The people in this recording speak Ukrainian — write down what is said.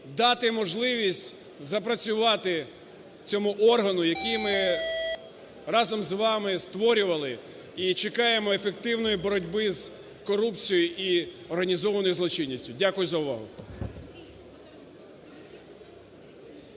дати можливість запрацювати цьому органу, який ми разом з вами створювали, і чекаємо ефективної боротьби з корупцією і організованою злочинністю. Дякую за увагу.